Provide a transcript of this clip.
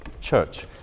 church